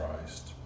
Christ